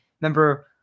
Remember